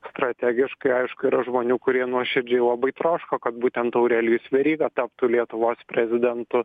strategiškai aišku yra žmonių kurie nuoširdžiai labai troško kad būtent aurelijus veryga taptų lietuvos prezidentu